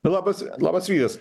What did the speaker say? labas labas rytas